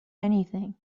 anything